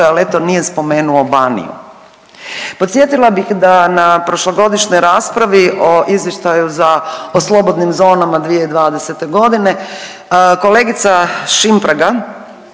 Ali eto nije spomenuo Baniju. Podsjetila bih da na prošlogodišnjoj raspravi o izvještaju o slobodnim zonama 2020. godine. Kolegica Šimpraga